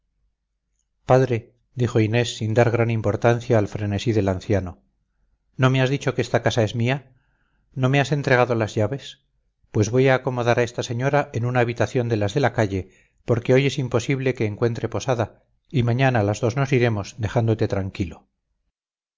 padre dijo inés sin dar gran importancia al frenesí del anciano no me has dicho que esta casa es mía no me has entregado las llaves pues voy a acomodar a esta señora en una habitación de las de la calle porque hoy es imposible que encuentre posada y mañana las dos nos iremos dejándote tranquilo